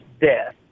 death